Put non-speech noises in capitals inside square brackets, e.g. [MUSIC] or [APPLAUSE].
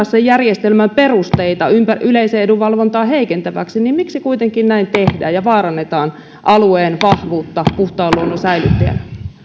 [UNINTELLIGIBLE] sen järjestelmän perusteita yleisen edun valvontaa heikentäväksi miksi kuitenkin näin tehdään ja vaarannetaan alueen vahvuutta puhtaan luonnon säilyttäjänä